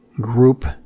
group